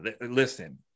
Listen